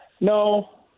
No